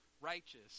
righteous